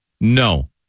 No